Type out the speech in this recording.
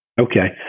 Okay